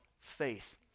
faith